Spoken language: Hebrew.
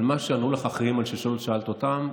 על מה שענו לך אחרים על שאלות ששאלת אותם,